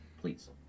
please